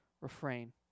refrain